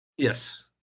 Yes